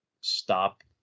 stop